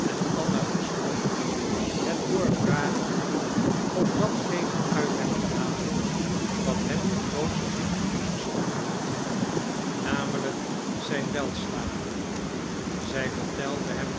en anna verstond het door vragen ook datgene uit hem te halen wat hem de grootste voldoening geschonken had namelijk zijn welslagen zij vertelde hem